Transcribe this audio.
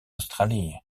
australië